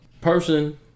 Person